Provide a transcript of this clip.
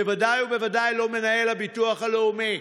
בוודאי ובוודאי לא מנהל הביטוח הלאומי.